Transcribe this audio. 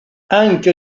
anche